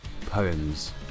poems